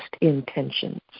intentions